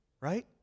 Right